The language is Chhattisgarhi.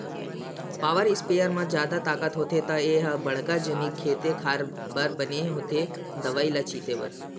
पॉवर इस्पेयर म जादा ताकत होथे त ए ह बड़का जनिक खेते खार बर बने होथे दवई ल छिते बर